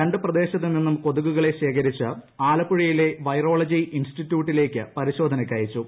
രണ്ട് പ്രദേശത്തുനിന്നും കൊതുകുകളെ ശേഖരിച്ച് ആലപ്പുഴയിലെ വൈറോളജി ഇൻസ്റ്റിറ്റ്യൂട്ടിലേക്ക് പരിശോധനയ്ക്കയച്ചു